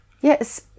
yes